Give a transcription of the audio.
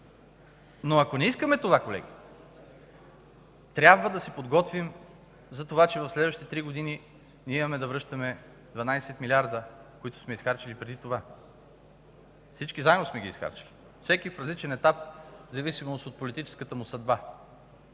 обаче не искаме това, колеги, трябва да се подготвим, че през следващите три години имаме да връщаме 12 милиарда, които сме изхарчили преди това. Всички заедно сме ги изхарчили, всеки в различен етап, в зависимост от политическата му съдба